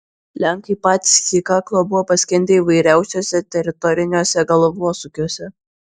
lenkai patys iki kaklo buvo paskendę įvairiausiuose teritoriniuose galvosūkiuose